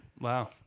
Wow